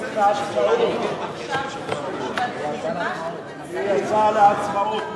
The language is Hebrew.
היא רוצה עצמאות,